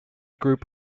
group